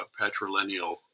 patrilineal